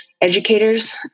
educators